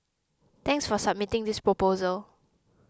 thanks for submitting this proposal